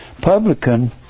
publican